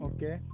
Okay